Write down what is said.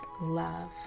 love